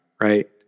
right